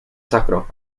sacro